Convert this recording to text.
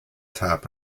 tap